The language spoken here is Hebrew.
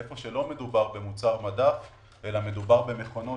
איפה שלא מדובר במוצר מדף אלא מדובר במכונות,